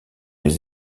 les